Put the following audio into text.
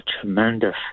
tremendous